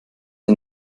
der